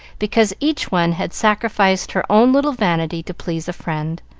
because each one had sacrificed her own little vanity to please a friend,